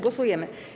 Głosujemy.